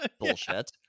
bullshit